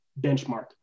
benchmark